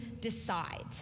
decide